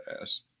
ass